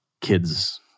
kids